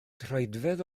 troedfedd